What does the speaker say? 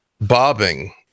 bobbing